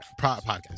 podcast